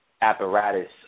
apparatus